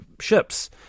ships